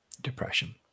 depression